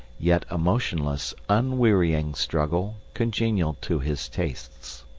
yet a motionless, unwearying struggle, congenial to his tastes.